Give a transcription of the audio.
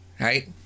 Right